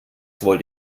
wollte